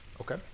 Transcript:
Okay